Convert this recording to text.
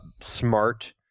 smart